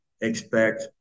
expect